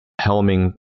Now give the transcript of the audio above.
helming